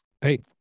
hey